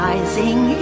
Rising